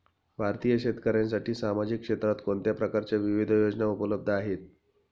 भारतीय शेतकऱ्यांसाठी सामाजिक क्षेत्रात कोणत्या प्रकारच्या विविध योजना उपलब्ध आहेत?